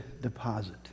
deposit